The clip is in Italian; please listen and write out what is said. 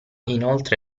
inoltre